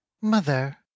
Mother